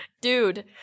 dude